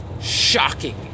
shocking